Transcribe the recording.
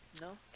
No